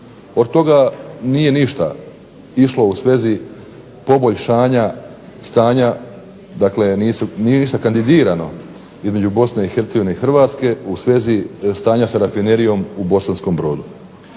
Od toga nije ništa išlo u svezi poboljšanja stanja, dakle nije ništa kandidirano između BiH i Hrvatske u svezi stanja sa rafinerijom u Bosanskom Brodu.